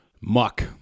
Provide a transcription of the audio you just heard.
muck